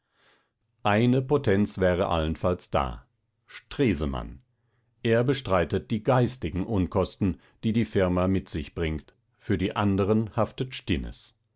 eine potenz wäre allenfalls da stresemann er bestreitet die geistigen unkosten die die firma mit sich bringt für die anderen haftet stinnes